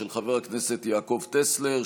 של חבר הכנסת יעקב טסלר,